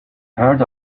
heard